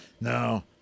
No